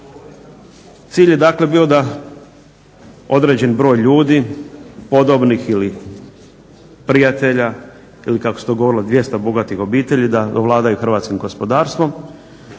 Cilj je dakle bio da određen broj ljudi, podobnih ili prijatelja ili kako se to govorilo 200 bogatih obitelji da vladaju hrvatskim gospodarstvom,